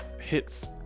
hits